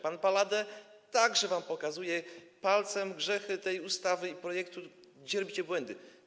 Pan Palade także wam pokazuje placem grzechy tej ustawy, projektu, to, gdzie robicie błędy.